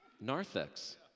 Narthex